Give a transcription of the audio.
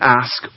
ask